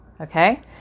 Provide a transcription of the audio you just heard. Okay